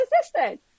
assistant